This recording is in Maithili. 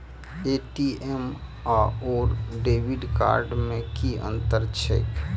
ए.टी.एम आओर डेबिट कार्ड मे की अंतर छैक?